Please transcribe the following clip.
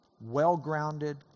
well-grounded